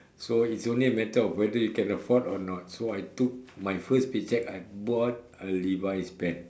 so it's only a matter of whether you can afford it or not so I took my first pay cheque I bought a Levi's pants